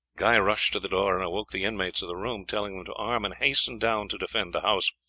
guy rushed to the door and awoke the inmates of the rooms, telling them to arm and hasten down to defend the house,